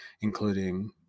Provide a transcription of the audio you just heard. including